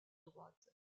droite